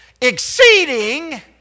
exceeding